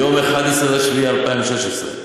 ביום 11 ביולי 2016,